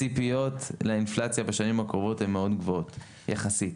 הציפיות לאינפלציה בשנים הקרובות הן מאוד גבוהות יחסית.